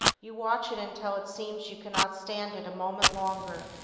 you watch it until it seems you cannot stand it moment longer,